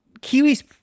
Kiwi's